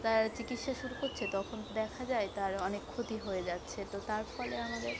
তার চিকিসসা শুরু করছে তখন দেখা যায় তার অনেক ক্ষতি হয়ে যাচ্ছে তো তার ফলে আমাদের